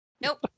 Nope